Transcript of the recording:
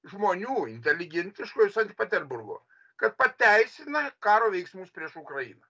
žmonių inteligentiško iš sankt peterburgo kad pateisina karo veiksmus prieš ukrainą